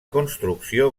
construcció